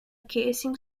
casing